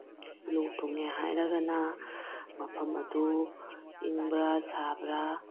ꯂꯣꯛ ꯊꯨꯡꯉꯦ ꯍꯥꯏꯔꯒꯅ ꯃꯐꯝ ꯑꯗꯨ ꯏꯪꯕ꯭ꯔ ꯁꯥꯕ꯭ꯔ